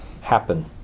happen